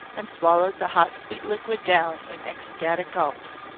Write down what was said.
and swallowed the hot sweet liquid down in ecstatic gulps.